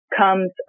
comes